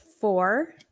four